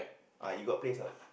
ah you got place or